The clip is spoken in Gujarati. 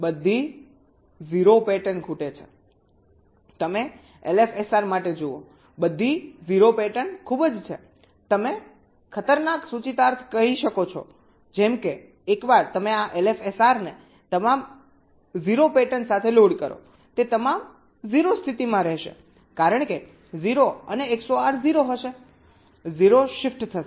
બધી 0 પેટર્ન ખૂટે છે તમે LFSR માટે જુઓ બધી 0 પેટર્ન ખૂબ જ છે તમે ખતરનાક સૂચિતાર્થ કહી શકો છો જેમ કે એકવાર તમે આ LFSR ને તમામ 0 પેટર્ન સાથે લોડ કરો તે તમામ 0 સ્થિતિમાં રહેશે કારણ કે 0 અને XOR 0 હશે 0 શિફ્ટ થશે